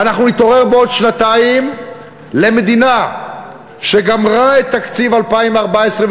ואנחנו נתעורר בעוד שנתיים למדינה שגמרה את תקציב 2014,